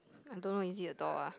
I don't know is it a door ah